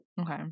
okay